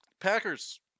Packers